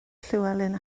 llywelyn